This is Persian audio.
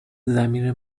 ضمیر